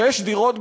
שש דירות בשנה,